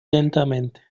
lentamente